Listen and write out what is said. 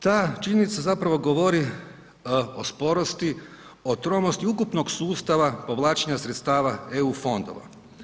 Ta činjenica zapravo govori o sporosti, o tromosti ukupnog sustava povlačenja sredstava EU fondova.